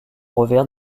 revers